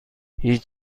هیچ